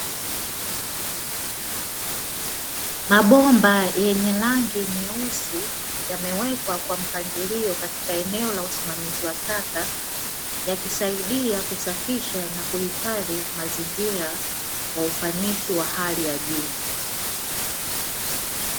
Mabomba yenye rangi nyeusi yamewekwa kwa mpango katika eneo la usimamizi wa taka, yakisaidia kusafirisha na kuihifadhi mazingira kwa ufanisi wa hali ya juu.